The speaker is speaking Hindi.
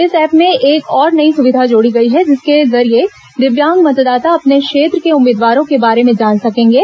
इस ऐप में एक और नई सुविधा जोड़ी गई है जिसके जरिये दिव्यांग मतदाता अपने क्षेत्र के उम्मीदवारों के बारे में जान सकेंगे